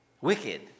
Wicked